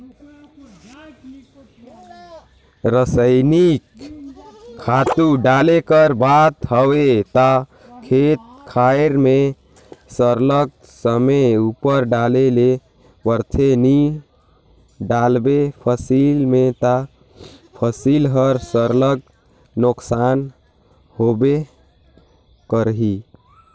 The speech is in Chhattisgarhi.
रसइनिक खातू डाले कर बात हवे ता खेत खाएर में सरलग समे उपर डाले ले परथे नी डालबे फसिल में ता फसिल हर सरलग नोसकान होबे करही